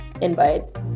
invites